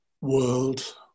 world